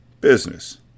Business